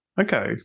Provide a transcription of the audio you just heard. Okay